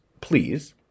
please